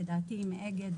לדעתי עם אגד,